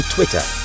Twitter